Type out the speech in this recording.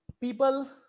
people